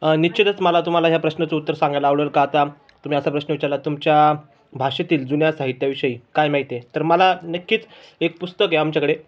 निश्चितच मला तुम्हाला ह्या प्रश्नाचं उत्तर सांगायला आवडेल का आता तुम्ही असा प्रश्न विचारला तुमच्या भाषेतील जुन्या साहित्याविषयी काय माहीत आहे तर मला नक्कीच एक पुस्तक आहे आमच्याकडे